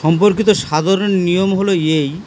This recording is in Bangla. সম্পর্কিত সাধারণ নিয়ম হলো এই